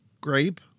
Grape